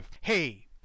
Hey